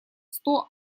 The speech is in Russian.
сто